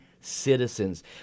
citizens